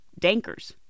dankers